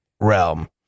realm